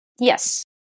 yes